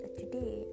today